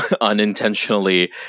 unintentionally